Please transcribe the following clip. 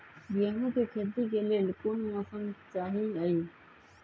गेंहू के खेती के लेल कोन मौसम चाही अई?